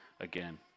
again